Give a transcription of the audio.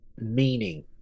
meaning